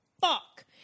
fuck